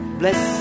bless